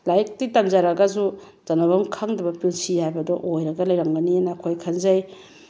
ꯂꯥꯏꯔꯤꯛꯇꯤ ꯊꯝꯖꯔꯒꯁꯨ ꯆꯟꯅꯐꯝ ꯈꯪꯗꯕ ꯄꯨꯟꯁꯤ ꯍꯥꯏꯕꯗꯣ ꯑꯣꯏꯔꯒ ꯂꯩꯔꯝꯒꯅꯤꯅ ꯑꯩꯈꯣꯏ ꯈꯟꯖꯩ